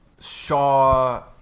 Shaw